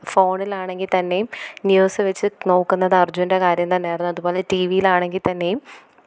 ഫോണിൽ ആണെങ്കില്ത്തന്നെയും ന്യൂസ് വെച്ച് നോക്കുന്നത് അര്ജുന്റെ കാര്യം തന്നെയായിരുന്നു അതുപോലെ ടീ വീ ൽ ആണെങ്കിൽത്തന്നെയും